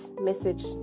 message